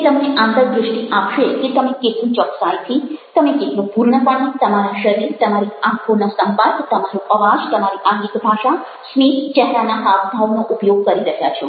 તે તમને આંતરદ્રષ્ટિ આપશે કે તમે કેટલી ચોક્કસાઈથી તમે કેટલું પૂર્ણપણે તમારા શરીર તમારી આંખોનો સંપર્ક તમારો અવાજ તમારી આંગિક ભાષા સ્મિત ચહેરાના હાવભાવનો ઉપયોગ કરી રહ્યા છો